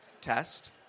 test